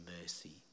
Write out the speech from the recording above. mercy